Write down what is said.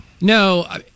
No